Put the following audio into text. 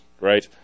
right